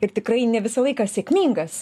ir tikrai ne visą laiką sėkmingas